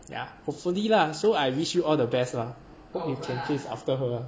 ya hopefully lah so I wish you all the best lah that you can chase after her